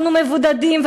אנחנו מבודדים.